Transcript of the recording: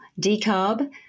decarb